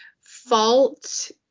fault